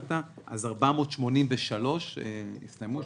אז 483 הסתיימו,